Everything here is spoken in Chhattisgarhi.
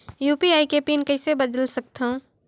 यू.पी.आई के पिन कइसे बदल सकथव?